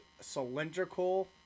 cylindrical